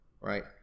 right